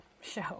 show